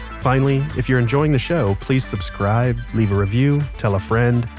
finally, if you're enjoying the show please subscribe, leave a review, tell a friend,